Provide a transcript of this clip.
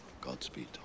Godspeed